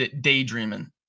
daydreaming